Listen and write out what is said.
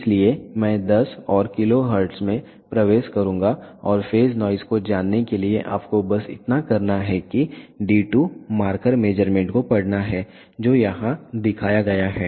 इसलिए मैं 10 और kHz में प्रवेश करूंगा और फेज नॉइस को जानने के लिए आपको बस इतना करना है कि d 2 मार्कर मेज़रमेंट को पढ़ना है जो यहां दिखाया गया है